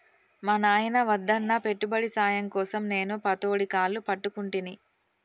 మా నాయిన వద్దన్నా పెట్టుబడి సాయం కోసం నేను పతోడి కాళ్లు పట్టుకుంటిని